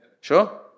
sure